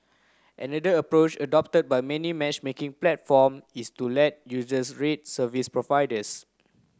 another approach adopted by many matchmaking platform is to let users rate service providers